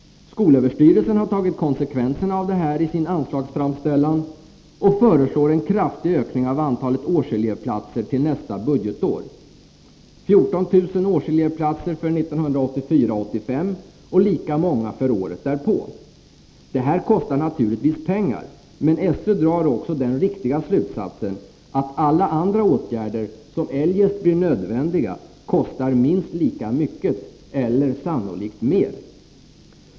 Skolöverstyrelsen har tagit konsekvenserna av det här i sin anslagsframställning och föreslår en kraftig ökning av antalet årselevplatser till nästa budgetår. 14 000 årselevplatser för 1984/85 och lika många för året därpå. Det här kostar naturligtvis pengar men SÖ drar också den riktiga slutsatsen att alla andra åtgärder som eljest blir nödvändiga kostar minst lika mycket eller sannolikt mer.